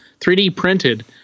3D-printed